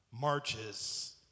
marches